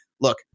look